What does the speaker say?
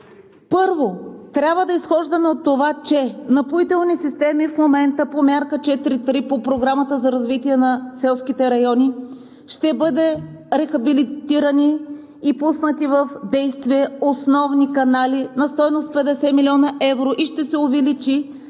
Първо, трябва да изхождаме от това, че в Напоителни системи в момента по Мярка 4.3 по Програмата за развитие на селските райони ще бъдат рехабилитирани и пуснати в действие основни канали на стойност 50 млн. евро и ще се увеличи